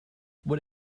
what